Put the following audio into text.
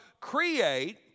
create